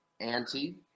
anti